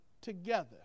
together